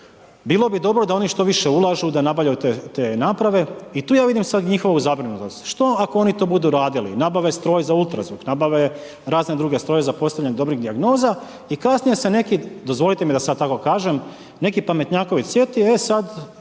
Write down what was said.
Bilo bi dobro da oni što više ulažu, da nabavljaju te naprave i tu ja vidim sad njihovu zabrinutost. Što ako oni to budu radili? Nabave stroj za UZV, nabave razne druge, stroj za postavljanje dobrih dijagnoza i kasnije se neki, dozvolite mi da sad tako kažem, neki pametnjaković sjetio, e sad